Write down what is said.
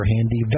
handy